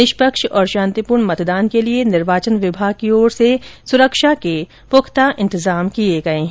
निष्पक्ष और शांतिपूर्ण मतदान के लिए निर्वाचन विभाग की ओर से सुरक्षा के सभी पूख्ता इंतजाम किये गये हैं